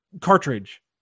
cartridge